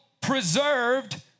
preserved